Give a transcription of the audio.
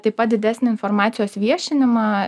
taip pat didesnį informacijos viešinimą